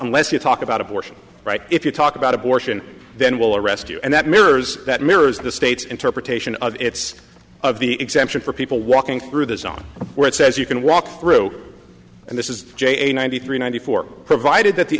unless you talk about abortion rights if you talk about abortion then will arrest you and that mirrors that mirrors the state's interpretation of its of the exemption for people walking through the zone where it says you can walk through and this is j a ninety three ninety four provided that the